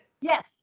Yes